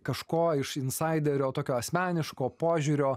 kažko iš insaiderio tokio asmeniško požiūrio